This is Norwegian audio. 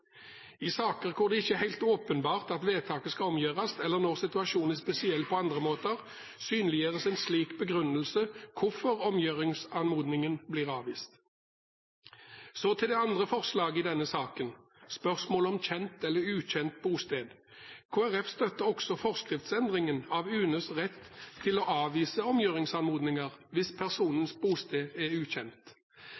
I saker hvor det ikke er helt åpenbart at vedtaket skal omgjøres, eller når situasjonen er spesiell på andre måter, synliggjør en slik begrunnelse hvorfor omgjøringsanmodningen blir avvist. Så til det andre forslaget i denne saken, spørsmålet om kjent eller ukjent bosted. Kristelig Folkeparti støtter også forskriftsendringen av UNEs rett til å avvise omgjøringsanmodninger hvis